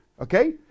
okay